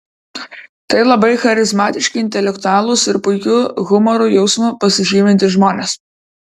tai labai charizmatiški intelektualūs ir puikiu humoro jausmu pasižymintys žmonės